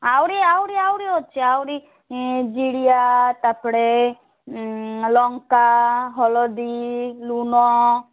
ଆହୁରି ଆହୁରି ଆହୁରି ଅଛି ଆହୁରି ଜିରିଆ ତାପଡ଼େ ଲଙ୍କା ହଲଦୀ ଲୁନ